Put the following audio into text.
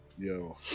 Yo